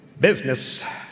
Business